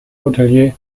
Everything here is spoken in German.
hotelier